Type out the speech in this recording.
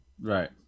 Right